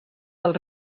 del